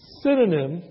synonym